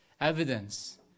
evidence